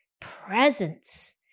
presence